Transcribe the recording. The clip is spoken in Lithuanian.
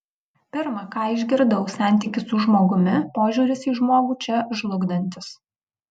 pirma ką išgirdau santykis su žmogumi požiūris į žmogų čia žlugdantis